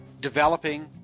developing